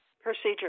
procedure